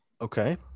Okay